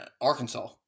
Arkansas